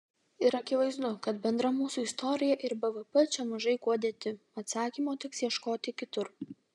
ir akivaizdu kad bendra mūsų istorija ir bvp čia mažai kuo dėti atsakymo teks ieškoti kitur